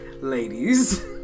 ladies